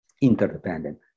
interdependent